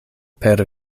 per